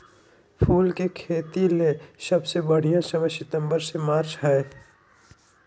फूल के खेतीले सबसे बढ़िया समय सितंबर से मार्च हई